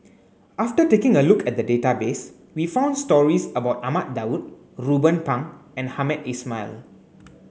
after taking a look at the database we found stories about Ahmad Daud Ruben Pang and Hamed Ismail